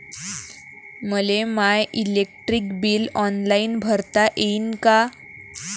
मले my electric bill online भरता येईन का?